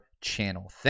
channel